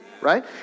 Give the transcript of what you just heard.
Right